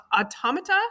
Automata